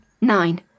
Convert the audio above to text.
Nine